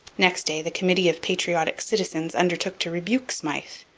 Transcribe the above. next day the committee of patriotic citizens undertook to rebuke smyth.